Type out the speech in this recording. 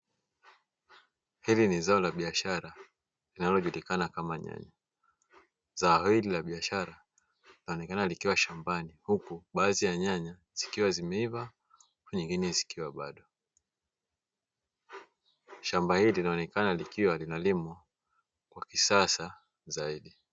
Hili ni zao la biashara linalojulikana kama nyanya, zao hili la biashara linalonekana likiwa shambani huku baadhi ya nyanya zikiwa zimeiva huku nyingine zikiwa bado. Shamba hili linaonekana likiwa linalimwa kwa kisasa zaidi.